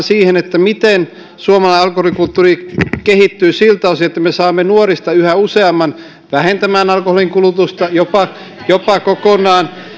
siihen miten suomalainen alkoholikulttuuri kehittyy siltä osin että me saamme nuorista yhä useamman vähentämään alkoholin kulutusta jopa lopettamaan kokonaan